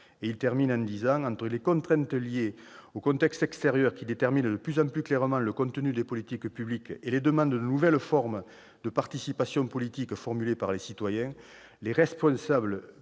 politique ().[...] Entre les contraintes liées au contexte extérieur qui déterminent de plus en plus clairement le contenu des politiques publiques et les demandes de nouvelles formes de participation politique formulées par les citoyens, les responsables